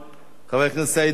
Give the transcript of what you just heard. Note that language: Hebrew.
חבר הכנסת סעיד נפאע,